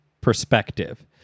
perspective